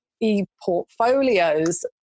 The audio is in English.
e-portfolios